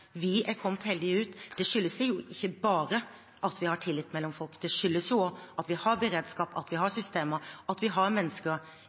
Vi er kommet heldig ut. Det skyldes ikke bare at vi har tillit mellom folk, det skyldes også at vi har beredskap, at vi har systemer, at vi har mennesker